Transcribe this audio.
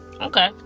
Okay